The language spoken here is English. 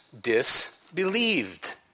disbelieved